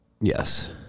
Yes